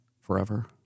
forever